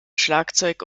schlagzeug